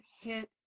hit